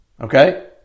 Okay